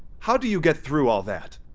how do you get through all that?